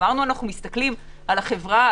אמרנו שאנחנו מסתכלים על החברה,